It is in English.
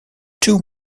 two